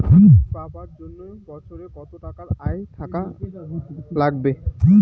Credit পাবার জন্যে বছরে কত টাকা আয় থাকা লাগবে?